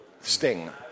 sting